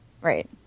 Right